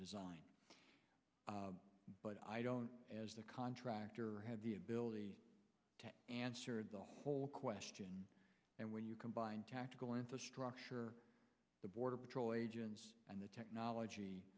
design but i don't as the contractor had the ability to answer the whole question and when you combine tactical infrastructure the border patrol agents and the technology